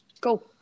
Go